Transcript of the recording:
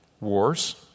wars